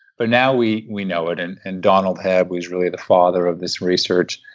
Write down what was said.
but now we we know it. and and donald hebb was really the father of this research,